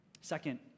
Second